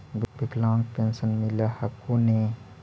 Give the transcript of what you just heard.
विकलांग पेन्शन मिल हको ने?